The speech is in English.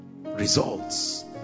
Results